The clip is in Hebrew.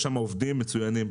יש שם עובדים מצוינים.